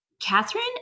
Catherine